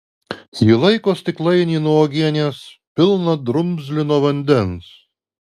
ji laiko stiklainį nuo uogienės pilną drumzlino vandens